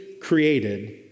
created